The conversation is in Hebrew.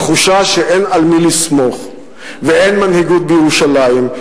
התחושה שאין על מי לסמוך ואין מנהיגות בירושלים,